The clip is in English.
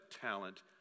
talent